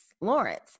Lawrence